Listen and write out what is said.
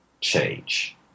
change